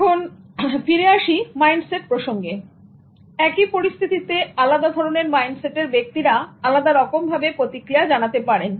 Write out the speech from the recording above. এখন ফিরে আসি মাইন্ডসেট প্রসঙ্গে একই পরিস্থিতিতে আলাদা ধরনের মাইন্ডসেটের ব্যক্তিরা আলাদা রকম ভাবে প্রতিক্রিয়া জানাতে পারেন